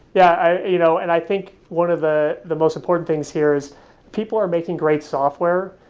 yeah i you know and i think one of the the most important things here is people are making great software.